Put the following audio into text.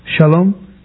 Shalom